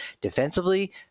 defensively